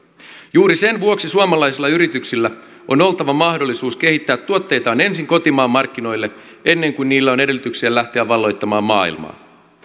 juuri sen vuoksi suomalaisilla yrityksillä on oltava mahdollisuus kehittää tuotteitaan ensin kotimaan markkinoille ennen kuin niillä on edellytyksiä lähteä valloittamaan maailmaa